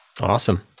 Awesome